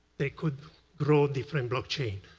they could grow different blockchain.